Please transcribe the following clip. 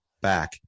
back